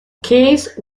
case